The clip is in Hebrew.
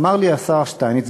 אמר לי השר שטייניץ,